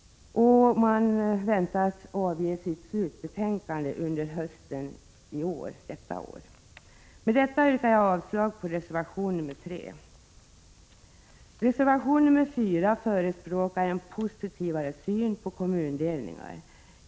Folkrörelseutredningen beräknas avge sitt slutbetänkande under hösten detta år. Med detta yrkar jag avslag på reservation nr 3. I reservation nr 4 förespråkas en positivare syn på kommundelningar.